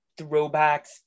throwbacks